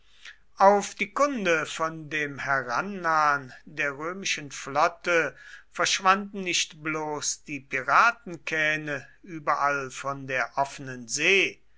auf die kunde von dem herannahen der römischen flotte verschwanden nicht bloß die piratenkähne überall von der offenen see